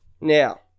now